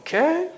Okay